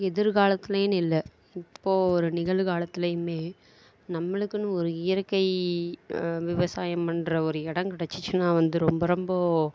எதிர்காலத்திலைன்னு இல்லை இப்போது ஒரு நிகழ்காலத்திலையுமே நம்மளுக்குன்னு ஒரு இயற்கை விவசாயம் பண்ணுற ஒரு இடம் கெடச்சுச்சுனா வந்து ரொம்ப ரொம்ப